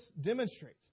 demonstrates